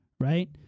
right